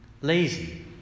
lazy